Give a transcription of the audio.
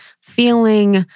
feeling